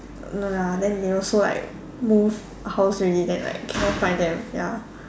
no lah then they also like move house already then like cannot find them ya